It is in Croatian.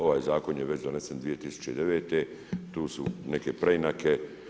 Ovaj zakon je već donesen 2009., tu su neke preinake.